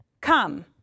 come